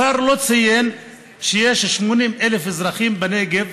השר לא ציין שיש 80,000 אזרחים בנגב